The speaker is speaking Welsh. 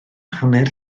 hanner